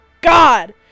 GOD